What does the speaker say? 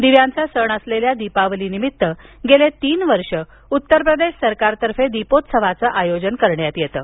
दिव्यांचा सण असलेल्या दीपावलीनिमित्त गेले तीन वर्ष उत्तर प्रदेश सरकारतर्फे दीपोत्सवाचं आयोजन करण्यात येतं